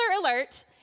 alert